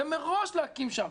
ורואים אם מראש להקים שם.